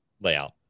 layout